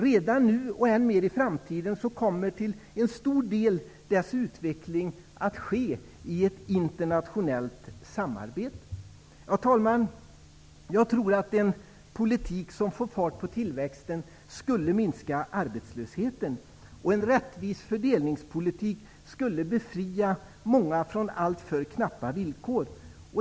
Dess utveckling sker redan nu till stor del i ett internationellt samarbete, och i framtiden kommer detta att gälla i än högre grad. Herr talman! En politik som får fart på tillväxten skulle minska arbetslösheten. En rättvis fördelningspolitik skulle befria många från alltför knappa villkor.